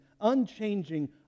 unchanging